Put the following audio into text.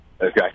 Okay